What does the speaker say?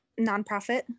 nonprofit